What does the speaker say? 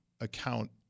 account